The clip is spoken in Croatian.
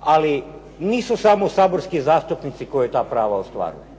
Ali nisu samo saborski zastupnici koji ta prava ostvaruju.